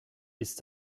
ist